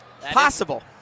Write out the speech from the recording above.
Possible